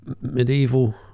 medieval